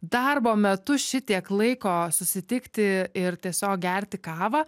darbo metu šitiek laiko susitikti ir tiesiog gerti kavą